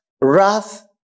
Wrath